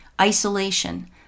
Isolation